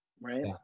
right